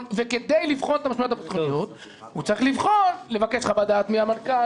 וכדי לבחון את המשמעויות הביטחוניות הוא צריך לבקש חוות דעת מהמנכ"ל.